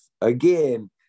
again